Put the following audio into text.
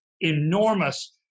enormous